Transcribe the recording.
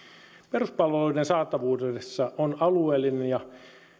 peruspalveluiden saatavuudessa on alueellinen ja